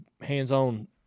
hands-on